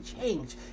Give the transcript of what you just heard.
change